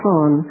on